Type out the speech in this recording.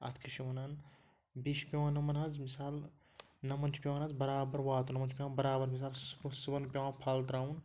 اَتھ کیٛاہ چھِ وَنان بیٚیہِ چھِ پٮ۪وان یِمَن حظ مِثال یِمَن چھِ پٮ۪وان حظ برابر واتُن یِمَن چھِ پٮ۪وان برابر مِثال صُبحَن صُبحَن پٮ۪وان پھَل ترٛاوُن